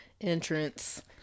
entrance